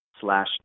slash